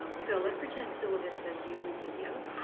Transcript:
so let's pretend syllabus says youtube video.